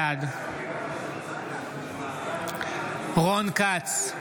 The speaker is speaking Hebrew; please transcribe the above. בעד רון כץ,